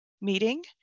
meeting